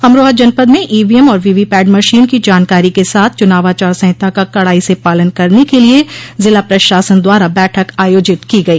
अमरोहा जनपद में ईवीएम और वीवीपैड मशीन की जानकारी के साथ चुनाव आचार संहिता का कड़ाई से पालन करने के लिये जिला प्रशासन द्वारा बैठक आयोजित की गई